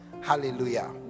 Hallelujah